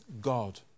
God